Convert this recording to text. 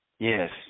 Yes